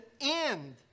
end